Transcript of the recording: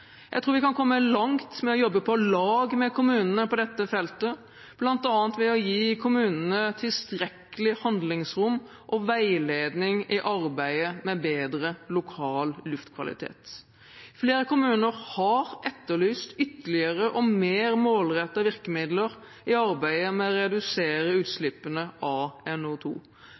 Jeg tror vi kan komme langt ved å jobbe på lag med kommunene på dette feltet, bl.a. ved å gi kommunene tilstrekkelig handlingsrom og veiledning i arbeidet med bedre lokal luftkvalitet. Flere kommuner har etterlyst ytterligere og mer målrettede virkemidler i arbeidet med å redusere